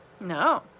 no